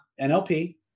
NLP